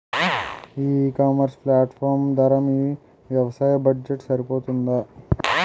ఈ ecommerce platform ధర మీ వ్యవసాయ బడ్జెట్ సరిపోతుందా?